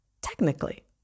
technically